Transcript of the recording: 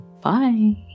Bye